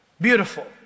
Beautiful